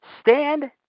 stand